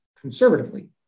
conservatively